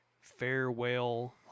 farewell